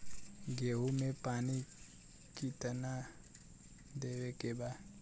गेहूँ मे पानी कितनादेवे के बा?